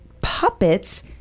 puppets